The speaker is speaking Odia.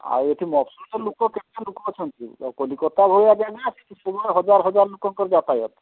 ଆଉ ଏଠି ମଫସଲରେ ଲୋକ କେତେଜଣ ଲୋକ ଅଛନ୍ତି କଲିକତା ଭଳିଆ ଜାଗା ସେଇଠି ହଜାର ହଜାର ଲୋକଙ୍କର ଯାତାୟାତ